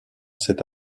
c’est